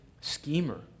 schemer